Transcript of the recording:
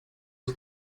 ist